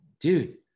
dude